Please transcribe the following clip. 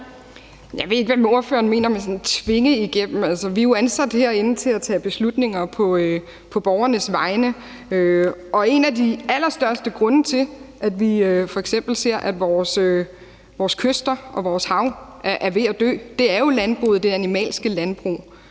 Jeg ved ikke, hvad ordføreren mener med »at tvinge igennem«. Vi jo ansat herinde til at tage beslutninger på borgernes vegne, og en af de allerstørste grunde til, at vi f.eks. ser, at vores kyster og vores hav er ved at dø, er jo landbruget, det animalske landbrug,